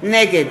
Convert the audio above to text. נגד